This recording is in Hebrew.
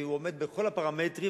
והוא עומד בכל הפרמטרים,